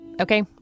Okay